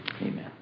Amen